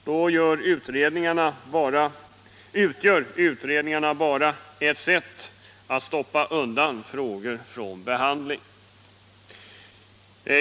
Då utgör utredningar bara ett sätt att stoppa undan frågor från behandling.